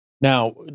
Now